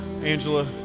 Angela